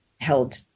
held